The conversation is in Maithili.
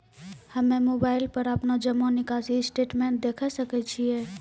हम्मय मोबाइल पर अपनो जमा निकासी स्टेटमेंट देखय सकय छियै?